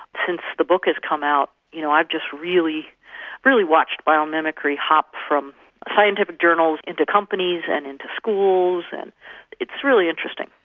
since the book has come out, you know i've just really really watched biomimicry hop from scientific journals into companies and schools, and it's really interesting.